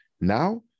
Now